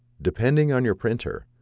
depending on your printer,